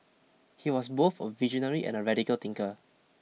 he was both a visionary and a radical thinker